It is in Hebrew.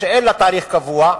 שאין לה תאריך קבוע,